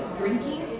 drinking